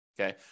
Okay